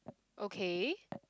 okay